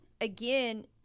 again